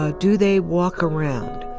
ah do they walk around?